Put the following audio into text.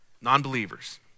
non-believers